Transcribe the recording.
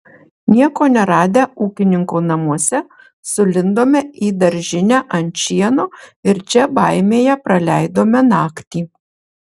nieko neradę ūkininko namuose sulindome į daržinę ant šieno ir čia baimėje praleidome naktį